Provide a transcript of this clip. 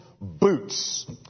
Boots